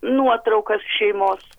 nuotraukas šeimos